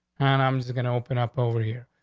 and i'm just going to open up over here.